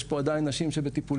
יש פה עדיין נשים שבטיפולנו,